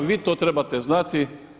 Vi to trebate znati.